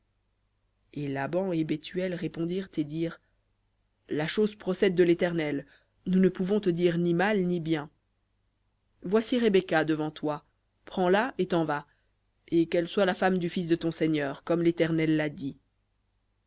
et laban et bethuel répondirent et dirent la chose procède de l'éternel nous ne pouvons te dire ni mal ni bien voici rebecca devant toi prends-la et t'en va et qu'elle soit la femme du fils de ton seigneur comme l'éternel l'a dit